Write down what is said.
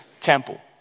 temple